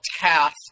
task